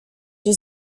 się